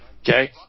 okay